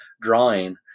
drawing